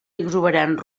exuberant